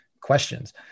questions